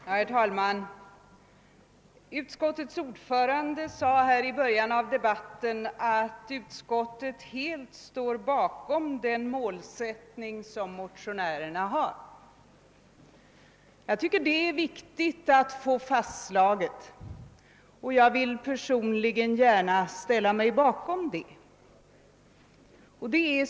Herr talman! Utskottets ordförande sade i början av debatten att utskottet helt står bakom motionärernas målsättning. Jag tycker att det är viktigt att få detta fastslaget, och jag vill personligen också gärna ställa mig bakom den.